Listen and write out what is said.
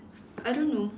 I don't know